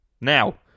Now